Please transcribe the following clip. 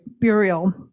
burial